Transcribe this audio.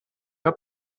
her